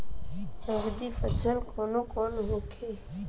नकदी फसल कौन कौनहोखे?